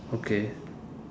okay